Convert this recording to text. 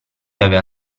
aveva